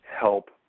help